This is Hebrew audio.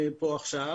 אז נשארו שלושה?